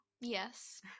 Yes